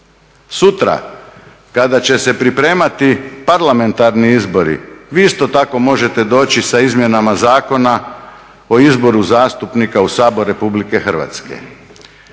Sutra kada će se pripremati parlamentarni izbori vi isto tako možete doći sa Izmjenama zakona o izboru zastupnika u Sabor Republike Hrvatske.